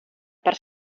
per